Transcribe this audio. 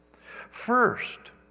First